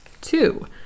Two